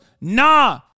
nah